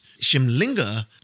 Shimlinga